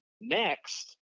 next